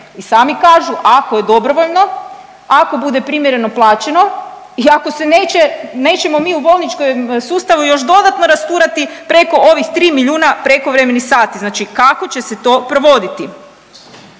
i sami kažu ako je dobrovoljno, ako bude primjereno plaćeno i ako se neće, nećemo mi u bolničkom sustavu još dodatno rasturati preko ovih 3 milijuna prekovremenih sati. Znači kako će se to provoditi?